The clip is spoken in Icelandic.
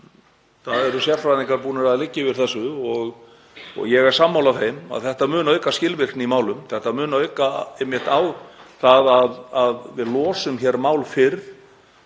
þetta. Sérfræðingar eru búnir að liggja yfir þessu og ég er sammála þeim að þetta muni auka skilvirkni í málum. Þetta mun auka það að við losum mál fyrr,